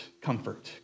comfort